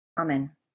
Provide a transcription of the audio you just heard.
Amen